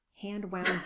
hand-wound